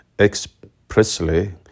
expressly